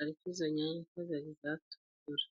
ariko izo nyanya ntago ziratukura.